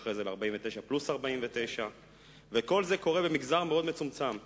ואחרי זה ל-49 פלוס 49. כל זה קורה במגזר מצומצם מאוד.